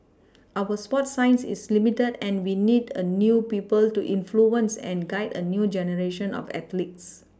our sports science is limited and we need a new people to influence and guide a new generation of athletes